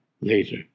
later